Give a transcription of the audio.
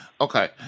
Okay